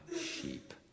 sheep